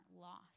lost